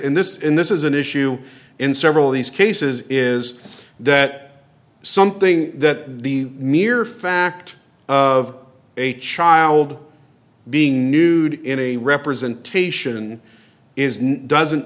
in this in this is an issue in several of these cases is that something that the mere fact of a child being nude in a representation is not doesn't